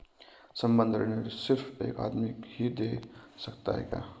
संबंद्ध ऋण सिर्फ एक आदमी ही दे सकता है क्या?